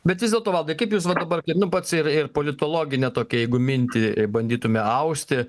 bet vis dėlto valdai kaip jūs va dabar kaip nu pats ir ir politologinę tokią jeigu mintį e bandytume austi